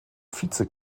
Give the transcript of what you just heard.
vize